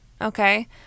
okay